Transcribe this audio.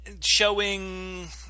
Showing